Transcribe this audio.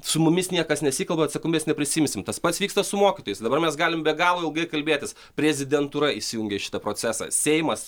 su mumis niekas nesikalba atsakomybės neprisiimsim tas pats vyksta su mokytojais dabar mes galim be galo ilgai kalbėtis prezidentūra įsijungė į šitą procesą seimas